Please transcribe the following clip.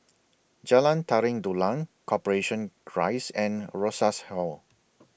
Jalan Tari Dulang Corporation Rise and Rosas Hall